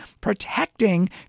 protecting